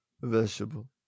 vegetable